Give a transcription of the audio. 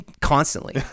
constantly